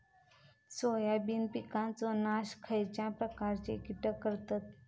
Soybean पिकांचो नाश खयच्या प्रकारचे कीटक करतत?